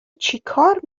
چیکار